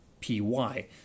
.py